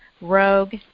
Rogue